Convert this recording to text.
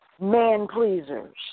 man-pleasers